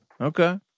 Okay